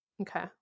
Okay